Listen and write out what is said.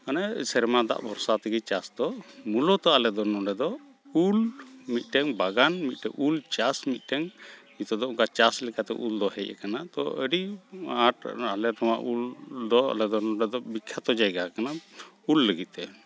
ᱢᱟᱱᱮ ᱥᱮᱨᱢᱟ ᱫᱟᱜ ᱵᱷᱚᱨᱥᱟ ᱛᱮᱜᱮ ᱪᱟᱥ ᱫᱚ ᱢᱩᱞᱚᱛᱚ ᱟᱞᱮ ᱫᱚ ᱱᱚᱰᱮ ᱫᱚ ᱩᱞ ᱢᱤᱫᱴᱟᱹᱝ ᱵᱟᱜᱟᱱ ᱢᱤᱫᱴᱮᱝ ᱩᱞ ᱪᱟᱥ ᱢᱤᱫᱴᱮᱝ ᱱᱤᱛᱳᱜ ᱫᱚ ᱚᱱᱠᱟ ᱪᱟᱥ ᱞᱮᱠᱟᱛᱮ ᱩᱞ ᱫᱚ ᱦᱮᱡ ᱟᱠᱟᱱᱟ ᱛᱚ ᱟᱹᱰᱤ ᱟᱸᱴ ᱟᱞᱮ ᱱᱚᱣᱟ ᱩᱞ ᱫᱚ ᱟᱞᱮ ᱫᱚ ᱱᱚᱰᱮ ᱫᱚ ᱵᱤᱠᱠᱷᱟᱛᱚ ᱡᱟᱭᱜᱟ ᱠᱟᱱᱟ ᱩᱞ ᱞᱟᱹᱜᱤᱫ ᱛᱮ